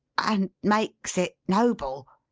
and makes it noble,